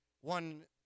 one